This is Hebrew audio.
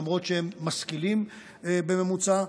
למרות שהם משכילים בממוצע.